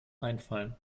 einfallen